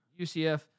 UCF